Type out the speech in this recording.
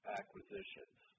acquisitions